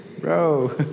bro